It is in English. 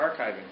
archiving